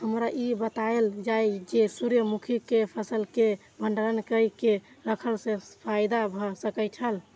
हमरा ई बतायल जाए जे सूर्य मुखी केय फसल केय भंडारण केय के रखला सं फायदा भ सकेय छल?